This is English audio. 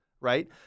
right